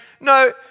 no